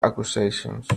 accusations